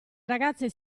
ragazze